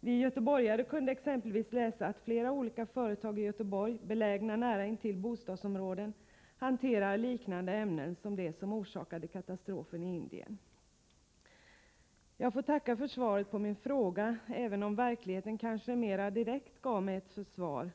Vi göteborgare kunde exempelvis läsa att flera olika företag i Göteborg — belägna nära intill >stadsområden — hanterar ämnen liknande dem som orsakade katastrofen i Indien. Jag får tacka för svaret på min fråga, även om verkligheten kanske mera direkt gav mig ett svar.